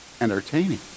entertaining